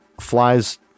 flies